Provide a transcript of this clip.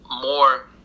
more